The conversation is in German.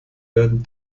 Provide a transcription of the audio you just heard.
werden